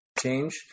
change